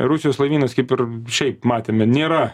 rusijos laivynas kaip ir šiaip matėme nėra